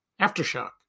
Aftershock